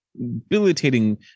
debilitating